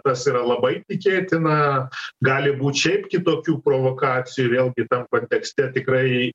tas yra labai tikėtina gali būt šiaip kitokių provokacijų vėlgi tam kontekste tikrai